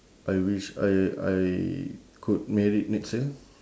I wish I I could married next year